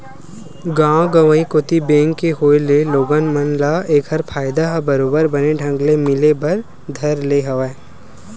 गाँव गंवई कोती बेंक के होय ले लोगन मन ल ऐखर फायदा ह बरोबर बने ढंग ले मिले बर धर ले हवय